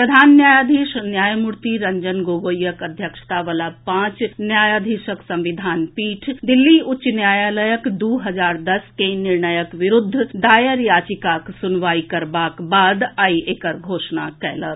प्रधान न्यायाधीश न्यायमूर्ति रंजन गोगोईक अध्यक्षता वला पांच न्यायाधीशक संविधान पीठ दिल्ली उच्च न्यायालयक दू हजार दस के निर्णयक विरूद्व दायर याचिकाक सुनवाई करबाक बाद आइ एकर घोषणा कयलक